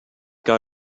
got